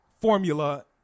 formula